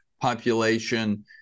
population